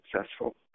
successful